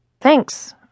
Thanks